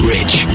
Rich